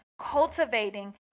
Cultivating